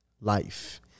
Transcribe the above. life